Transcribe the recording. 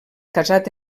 casat